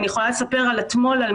אני יכולה לספר על מקרה